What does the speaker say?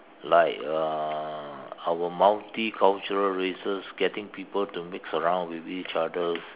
like uh our multicultural races getting people to mix around with each other